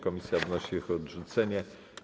Komisja wnosi o ich odrzucenie.